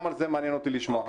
גם על זה מעניין אותי לשמוע.